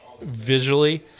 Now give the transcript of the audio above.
visually